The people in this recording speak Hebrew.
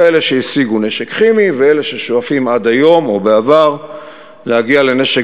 יש כאלה שהשיגו נשק כימי וכאלה ששואפים עד היום או בעבר להגיע לנשק